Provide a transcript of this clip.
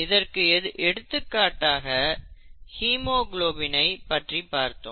இதற்கு எடுத்துக்காட்டாக ஹீமோகுளோபினை பற்றி பார்த்தோம்